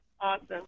Awesome